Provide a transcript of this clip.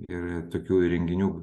ir tokių įrenginių